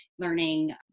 learning